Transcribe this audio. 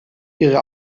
ihre